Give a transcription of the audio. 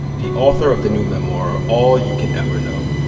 the author of the new memoir all you can ever know.